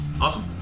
Awesome